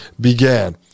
began